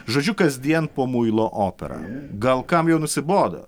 žodžiu kasdien po muilo operą gal kam jau nusibodo